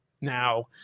now